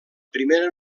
primera